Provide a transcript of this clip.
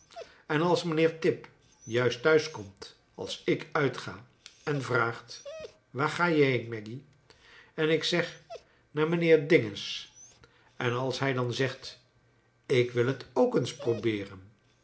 en als niijnheer tip juist thnis komt als ik uitga en vraagfc waar ga je heen maggy en ik zeg naar mijrlheer dinges en als hij dan zegt ik wil het ook eens probeeren